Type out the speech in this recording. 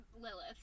Lilith